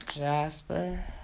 Jasper